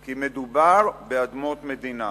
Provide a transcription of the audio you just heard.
כי מדובר באדמות מדינה.